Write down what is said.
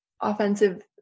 offensive